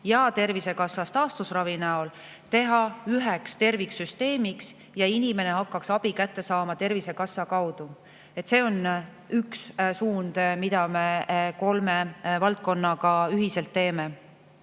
ja Tervisekassas taastusravi näol, teha üheks terviksüsteemiks, nii et inimene hakkaks abi kätte saama Tervisekassa kaudu. See on üks suund, mida me kolme valdkonnaga ühiselt teeme.